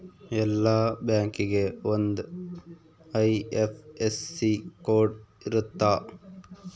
ಎಲ್ಲಾ ಬ್ಯಾಂಕಿಗೆ ಒಂದ್ ಐ.ಎಫ್.ಎಸ್.ಸಿ ಕೋಡ್ ಇರುತ್ತ